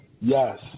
Yes